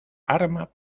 arma